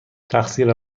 تقصیر